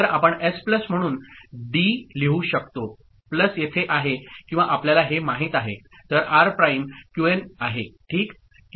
तर आपण S plus म्हणून डी लिहू शकतो प्लस येथे आहे किंवा आपल्याला हे माहित आहे तर आर प्राइम क्यूएन आहे ठीक